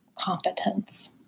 competence